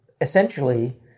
Essentially